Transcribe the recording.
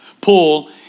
Paul